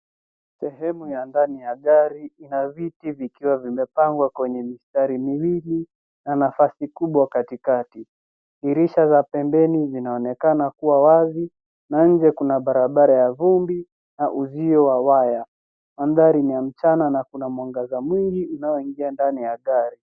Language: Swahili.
Sehemu ya ndani ya gari. Ina viti vikiwa vimepangwa kwenye mistari miwili na nafasi kubwa katikati. Dirisha za pembeni zinaonekana kuwa wazi na nje kuna barabara ya vumbi na uzio wa waya. Mandhari ni ya mchana na kuna mwangaza mwingi unaoingia ndani ya gari.